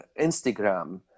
Instagram